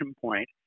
point